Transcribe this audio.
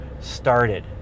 started